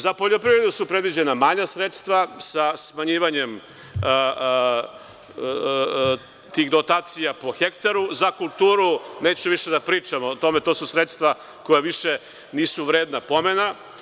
Za poljoprivredu su predviđena manja sredstva sa smanjivanjem tih dotacija po hektaru, za kulturu, neću više da pričam o tome, to su sredstva koja više nisu vredna pomena.